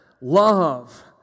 love